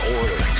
order